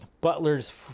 Butler's